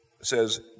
says